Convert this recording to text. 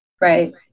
Right